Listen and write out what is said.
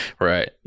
right